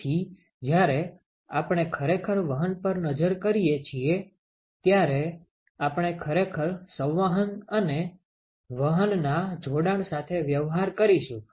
તેથી જ્યારે આપણે ખરેખર વહન પર નજર કરીએ છીએ ત્યારે આપણે ખરેખર સંવહન અને વહનના જોડાણ સાથે વ્યવહાર કરીશું